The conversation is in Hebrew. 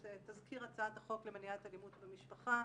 תזכיר הצעת החוק למניעת אלימות במשפחה,